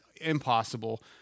impossible